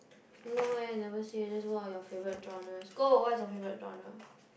no eh never say just what are your favourite genres go what's your favourite genre